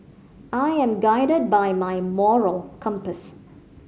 I am guided by my moral compass